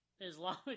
Islamic